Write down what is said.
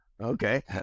okay